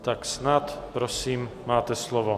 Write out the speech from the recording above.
Tak snad, prosím, máte slovo.